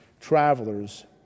travelers